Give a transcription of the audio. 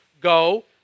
Go